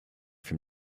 from